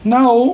now